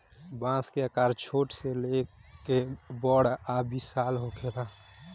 बांस के आकर छोट से लेके बड़ आ विशाल होखेला